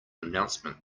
announcement